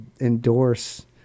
endorse